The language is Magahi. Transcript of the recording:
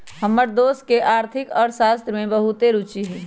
हमर दोस के आर्थिक अर्थशास्त्र में बहुते रूचि हइ